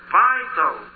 vital